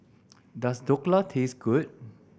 does Dhokla taste good